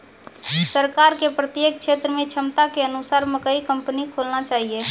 सरकार के प्रत्येक क्षेत्र मे क्षमता के अनुसार मकई कंपनी खोलना चाहिए?